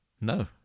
No